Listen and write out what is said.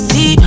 See